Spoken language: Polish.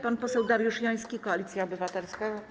Pan poseł Dariusz Joński, Koalicja Obywatelska.